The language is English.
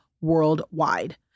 worldwide